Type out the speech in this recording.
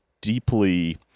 deeply